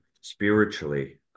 spiritually